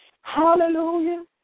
Hallelujah